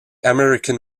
american